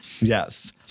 Yes